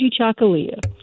Chakalia